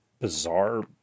bizarre